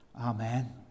Amen